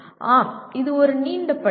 ஆம் இது ஒரு நீண்ட பட்டியல்